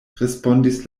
respondis